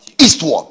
eastward